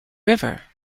river